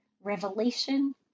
revelation